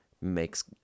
makes